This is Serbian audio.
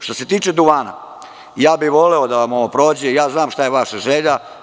Što se tiče duvana voleo bih da vam ovo prođe, znam šta je vaša želja.